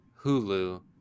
Hulu